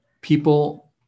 people